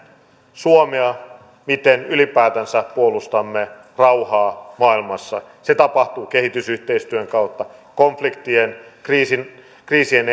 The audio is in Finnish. suomea miten ylipäätänsä puolustamme rauhaa maailmassa se tapahtuu kehitysyhteistyön kautta konfliktien kriisien